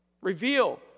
reveal